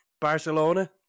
Barcelona